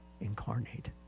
incarnate